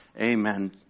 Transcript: Amen